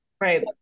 Right